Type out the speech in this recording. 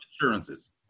insurances